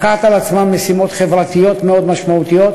לקחת על עצמם משימות חברתיות מאוד משמעותיות.